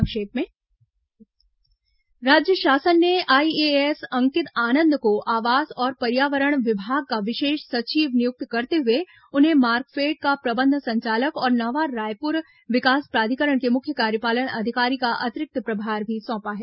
संक्षिप्त समाचार राज्य शासन ने आईएएस अंकित आनंद को आवास और पर्यावरण विभाग का विशेष सचिव नियुक्त करते हुए उन्हें मार्कफेड का प्रबंध संचालक और नवा रायपुर विकास प्राधिकरण के मुख्य कार्यपालन अधिकारी का अतिरिक्त प्रभार भी सौंपा है